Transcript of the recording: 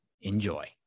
Enjoy